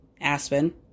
Aspen